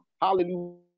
Hallelujah